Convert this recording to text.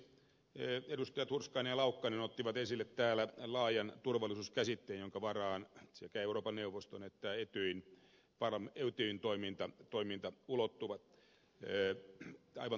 edustajat hurskainen ja laukkanen ottivat esille täällä laajan turvallisuuden käsitteen jonka varaan sekä euroopan neuvoston että etyjin toiminta ulottuu aivan totta